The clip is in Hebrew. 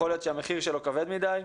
יכול להיות שהמחיר שלו כבד מדי.